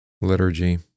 liturgy